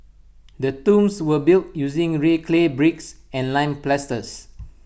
the tombs were built using red clay bricks and lime plasters